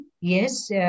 yes